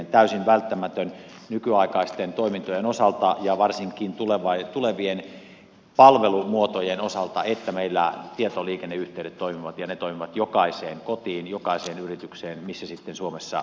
on täysin välttämätöntä nykyaikaisten toimintojen osalta ja varsinkin tulevien palvelumuotojen osalta että meillä tietoliikenneyhteydet toimivat ja ne toimivat jokaiseen kotiin jokaiseen yritykseen missä sitten suomessa sijaitsevatkaan